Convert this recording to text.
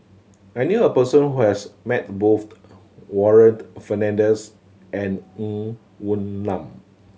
I knew a person who has met both Warren Fernandez and Ng Woon Lam